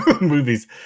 movies